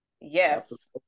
Yes